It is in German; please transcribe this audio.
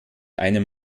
einem